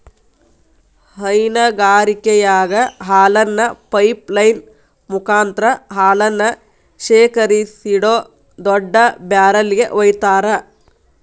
ಹೈನಗಾರಿಕೆಯಾಗ ಹಾಲನ್ನ pipeline ಮುಕಾಂತ್ರ ಹಾಲನ್ನ ಶೇಖರಿಸಿಡೋ ದೊಡ್ಡ ಬ್ಯಾರೆಲ್ ಗೆ ವೈತಾರ